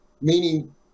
meaning